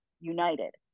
united